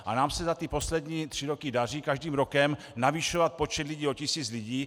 A nám se za ty poslední tři roky daří každým rokem navyšovat počet o tisíc lidí.